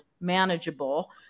manageable